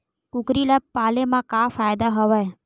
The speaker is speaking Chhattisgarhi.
कुकरी ल पाले म का फ़ायदा हवय?